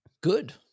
Good